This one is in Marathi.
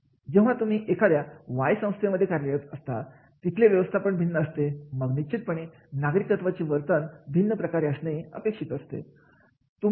जेव्हा तुम्ही एखाद्या वाय संस्थेमध्ये कार्यरत असतात तिथे व्यवस्थापन भिन्न असते मंग निश्चितपणे नागरिकत्वाची वर्तन भिन्न प्रकारे असणे अपेक्षित असते